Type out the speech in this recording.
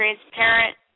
transparent